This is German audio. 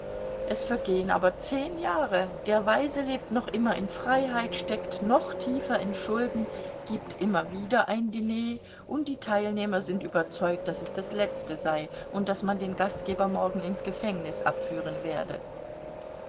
es vergehen aber zehn jahre der weise lebt noch immer in freiheit steckt noch tiefer in schulden gibt immer wieder ein diner und die teilnehmer sind überzeugt daß es das letzte sei und daß man den gastgeber morgen ins gefängnis abführen werde